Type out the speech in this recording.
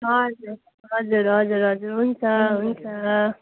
हजुर हजुर हजुर हजुर हुन्छ हुन्छ